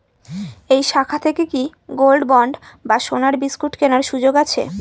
এই শাখা থেকে কি গোল্ডবন্ড বা সোনার বিসকুট কেনার সুযোগ আছে?